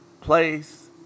place